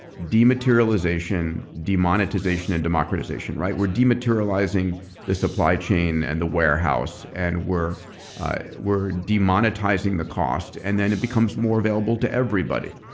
dematerialization, demonetization and democratization. we're dematerializing the supply chain and the warehouse and we're we're demonetizing the cost and then it becomes more available to everybody.